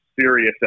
serious